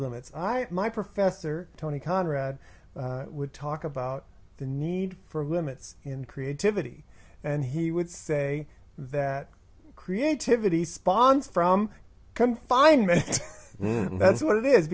limits i my professor tony conrad would talk about the need for limits in creativity and he would say that creativity spawns from confinement and that's what it is